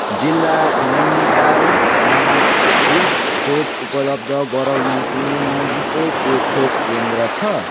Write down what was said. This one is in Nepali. जिल्ला नैनीतालमा फ्री खोप उपलब्ध गराउने कुनै नजिकैको खोप केन्द्र छ